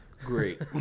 great